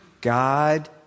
God